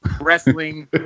wrestling